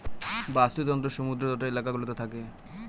বাস্তুতন্ত্র সমুদ্র তটের এলাকা গুলোতে থাকে